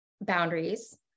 boundaries